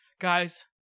Guys